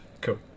Cool